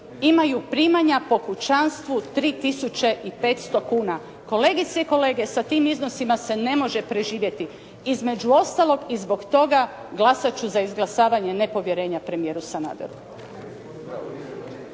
imaju primanja po kućanstvu 3500 kuna. Kolegice i kolege, sa tim iznosima se ne može preživjeti, između ostalog i zbog toga glasati ću za izglasavanje nepovjerenja premijeru Sanaderu.